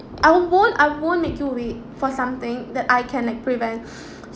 I won't I won't make you wait for something that I can like prevent